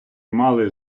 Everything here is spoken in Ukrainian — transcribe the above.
мали